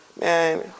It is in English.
man